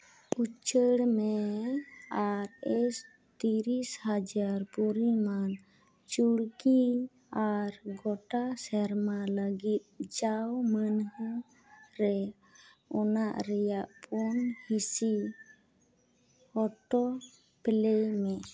ᱩᱪᱟᱹᱲ ᱢᱮ ᱟᱨ ᱮᱥ ᱛᱤᱨᱤᱥ ᱦᱟᱡᱟᱨ ᱯᱚᱨᱤᱢᱟᱱ ᱪᱩᱲᱠᱤ ᱟᱨ ᱜᱚᱴᱟ ᱥᱮᱨᱢᱟ ᱞᱟᱹᱜᱤᱫ ᱡᱟᱣ ᱢᱟᱹᱱᱦᱟᱹ ᱨᱮ ᱚᱱᱟ ᱨᱮᱭᱟᱜ ᱯᱩᱱ ᱦᱤᱸᱥᱤ ᱚᱴᱳ ᱯᱞᱮ ᱢᱮ